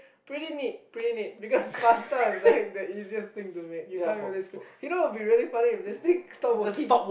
pretty neat pretty neat because pasta is like the easiest thing to make you can't really screw you know it would be really funny if this thing stop working